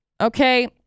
okay